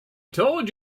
told